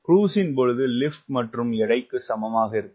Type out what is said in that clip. குரூஸின் பொழுது லிப்ட் மற்றும் எடை சமமாக இருக்கும்